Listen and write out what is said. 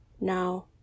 now